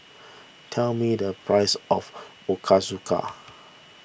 tell me the price of Ochazuke